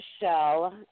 Michelle